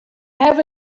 have